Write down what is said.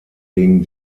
gegen